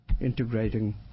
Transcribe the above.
integrating